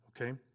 Okay